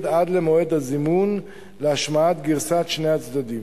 עד למועד הזימון להשמעת גרסאות שני הצדדים.